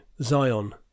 Zion